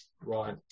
Right